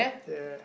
ya